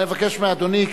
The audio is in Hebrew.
אני מבקש מאדוני,